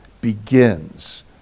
begins